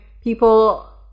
people